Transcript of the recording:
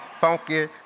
funky